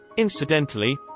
incidentally